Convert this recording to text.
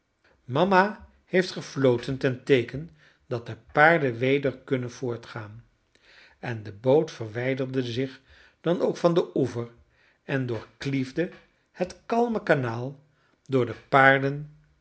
mama heeft gefloten ten teeken dat de paarden weder kunnen voortgaan en de boot verwijderde zich dan ook van den oever en doorkliefde het kalme kanaal door de paarden